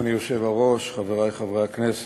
אדוני היושב-ראש, חברי חברי הכנסת,